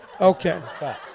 Okay